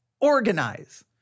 organize